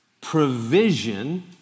provision